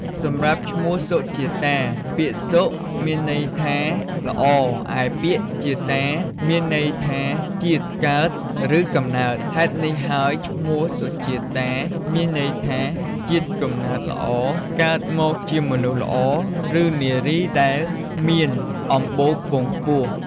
សម្រាប់ឈ្មោះសុជាតា ពាក្យសុ មានន័យថាល្អ ឯពាក្យជាតា មានន័យថាជាតិ កើត ឬកំណើត ហេតុនេះហើយឈ្មោះសុជាតាមានន័យថា ជាតិកំណើតល្អ កើតមកជាមនុស្សល្អ ឬ នារីដែលមានអម្បូរខ្ពង់ខ្ពស់។